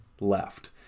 left